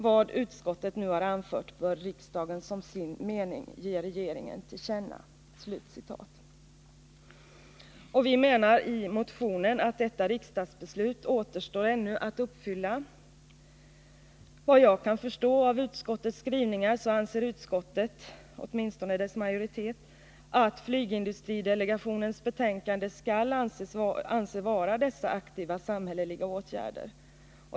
Vad utskottet nu har anfört bör riksdagen som sin mening ge regeringen till känna.” I motionen menar vi att detta riksdagsbeslut ännu återstår att uppfylla. Vad jag kan förstå av utskottets skrivningar så anser utskottet, åtminstone dess majoritet, att flygindustridelegationens betänkande skall anses utgöra dessa aktiva, samhälleliga åtgärder.